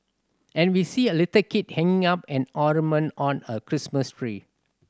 and we see a little kid hanging up an ornament on a Christmas tree